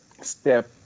step